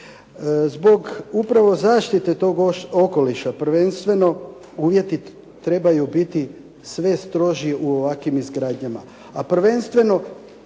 Zbog upravo zaštite tog okoliša, prvenstveno, uvjeti trebaju biti sve stroži u ovakvim izgradnjama, a prvenstveno